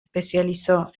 especializó